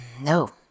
No